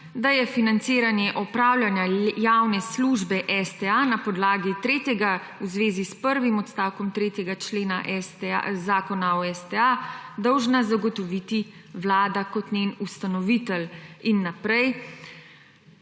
da je financiranje opravljanja javne službe STA na podlagi 3. v zvezi s prvim odstavkom 3. člena Zakona o STA dolžna zagotoviti Vlada kot njen ustanovitelj. In naprej.